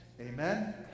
Amen